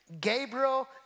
Gabriel